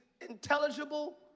intelligible